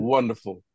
Wonderful